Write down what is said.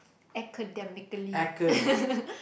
academically